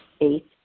Eight